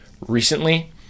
recently